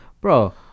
Bro